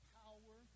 power